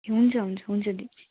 हुन्छ हुन्छ हुन्छ दी